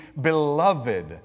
beloved